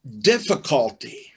difficulty